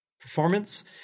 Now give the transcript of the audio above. performance